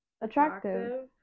attractive